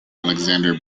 alexander